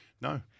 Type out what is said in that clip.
No